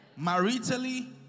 Maritally